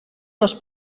les